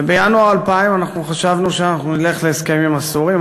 בינואר 2000 אנחנו חשבנו שנלך להסכם עם הסורים,